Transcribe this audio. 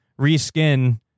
reskin